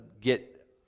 get